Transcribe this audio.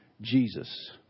Jesus